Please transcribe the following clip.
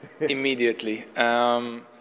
immediately